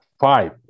five